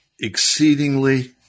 exceedingly